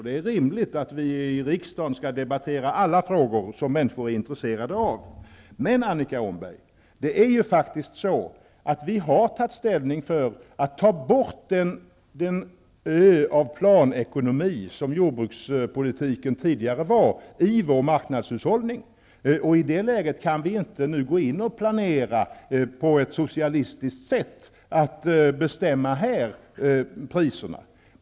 Det är rimligt att vi i riksdagen debatterar alla frågor som människor är intresserade av. Men, Annika Åhnberg, vi har faktiskt tagit ställning för att ta bort den ö av planekonomi som jordbrukspolitiken tidigare var i vår marknadshushållning. I det läget kan vi inte nu gå in och planera på ett socialistiskt sätt och här bestämma priserna.